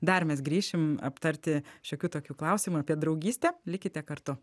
dar mes grįšim aptarti šiokių tokių klausimų apie draugystę likite kartu